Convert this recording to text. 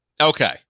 Okay